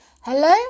Hello